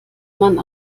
man